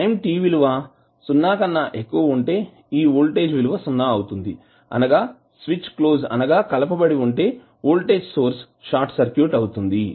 time t విలువ సున్నా కన్నా ఎక్కువ ఉంటే ఈ వోల్టేజ్ విలువ సున్నా అవుతుంది అనగా స్విచ్ క్లోజ్ అనగా కలపబడి ఉంటే వోల్టేజ్ సోర్స్ షార్ట్ సర్క్యూట్ అవుతుంది